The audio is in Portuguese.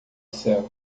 céu